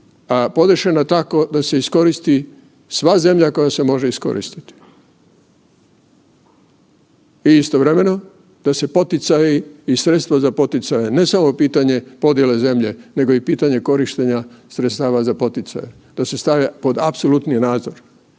a podešena tako da se iskoristi sva zemlja koja se može iskoristiti i istovremeno da se poticaji i sredstva za poticaje, ne samo pitanje podijele zemlje nego i pitanje korištenja sredstava za poticaje da se stave pod apsolutni nadzor.